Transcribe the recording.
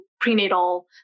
prenatal